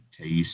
taste